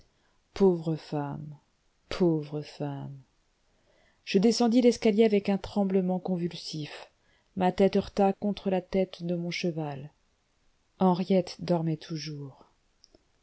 pauvre femme pauvre femme je descendis l'escalier avec un tremblement convulsif ma tête heurta contre la tête de mon cheval henriette dormait toujours